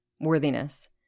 worthiness